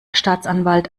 staatsanwalt